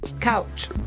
Couch